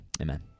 amen